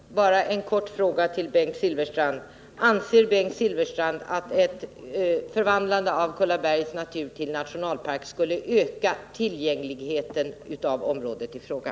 Herr talman! Bara en kort fråga till Bengt Silfverstrand: Anser Bengt Silfverstrand att ett förvandlande av Kullaberg till nationalpark skulle öka tillgängligheten till området i fråga?